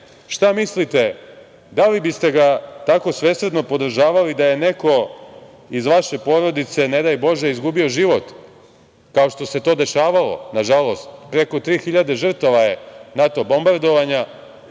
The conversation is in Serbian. šta mislite da li biste ga tako svesrdno podržavali da je neko iz vaše porodice ne daj Bože izgubio život, kao što se to dešavalo, nažalost, preko tri hiljade žrtva je NATO bombardovanja,